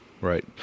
Right